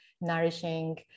nourishing